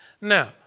Now